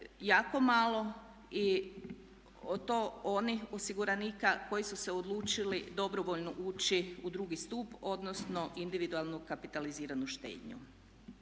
jako malo i to onih osiguranika koji su se odlučili dobrovoljno uči u drugi stup, odnosno individualnu kapitaliziranu štednju.